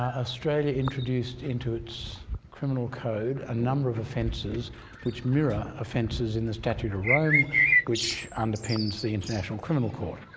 ah australia introduced into its criminal code a number of offences which mirror offences in the statute of rome which underpins the international criminal court.